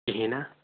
کِہیٖنۍ نا